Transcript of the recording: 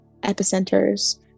epicenters